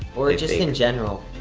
or just in general.